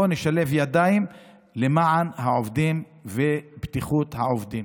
בוא נשלב ידיים למען העובדים ובטיחות העובדים.